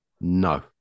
No